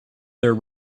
their